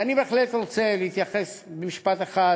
ואני בהחלט רוצה להתייחס במשפט אחד